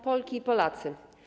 Polki i Polacy!